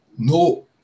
no